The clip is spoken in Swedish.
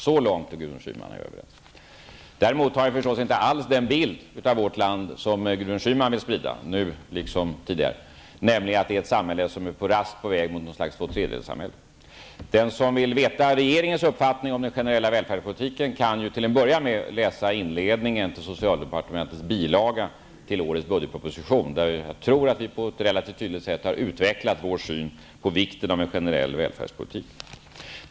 Så långt är jag och Däremot har jag förstås inte alls den bild av vårt land som Gudrun Schyman nu liksom tidigare vill sprida, nämligen att vårt samhälle raskt är på väg mot att bli något slags tvåtredjedelssamhälle. Den som vill veta regeringens uppfattning om den generella välfärdspolitiken kan till att börja med läsa inledningen till socialdepartementets bilaga till årets budgetproposition, där jag tror att vi på ett relativt hyggligt sätt har utvecklat vår syn på vikten av en generell välfärdspolitik.